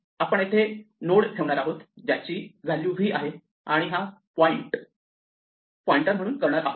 आपण इथे नोड ठेवणार आहोत ज्याची v आहे आणि हा पॉईंटर पॉईंट म्हणून करणार आहोत